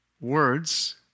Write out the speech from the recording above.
Words